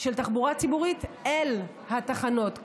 של התחבורה הציבורית אל התחנות,